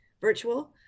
virtual